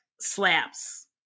slaps